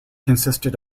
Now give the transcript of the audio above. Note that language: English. consisted